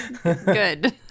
Good